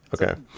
okay